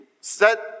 set